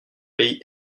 pays